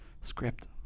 Script